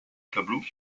tableau